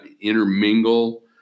intermingle